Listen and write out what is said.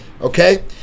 okay